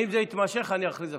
אם זה יתמשך, אני אכריז הפסקה.